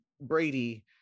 brady